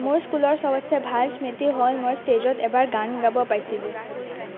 মোৰ স্কুলৰ সবতছে ভাল স্মৃতি হ'ল মই ষ্টেজত এবাৰ গান গাব পাইছিলোঁ